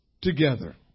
together